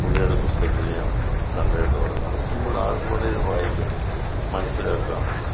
പുള്ളിയുടെ പുസ്തകത്തിൽ ഞാൻ കണ്ടിട്ടില്ല വളരെ സിമ്പിൾ ആർക്കു വേണമെങ്കിലും വായിക്കാം മനസ്സിലാക്കാം